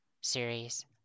series